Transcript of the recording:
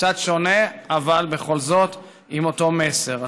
קצת שונה אבל בכל זאת עם אותו מסר.